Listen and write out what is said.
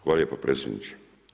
Hvala lijepo predsjedniče.